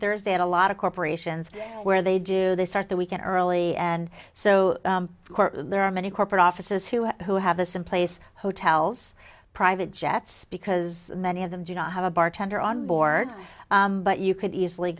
thursday had a lot of corporations where they do they start their weekend early and so there are many corporate offices who have who have the same place hotels private jets because many of them do not have a bartender on board but you could easily